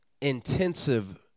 intensive